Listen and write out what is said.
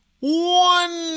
one